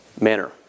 manner